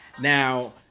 Now